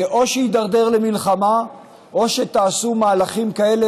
או שיידרדר למלחמה או שתעשו מהלכים כאלה